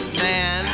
man